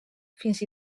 fins